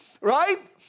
Right